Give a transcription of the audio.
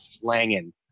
slanging